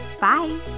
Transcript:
Bye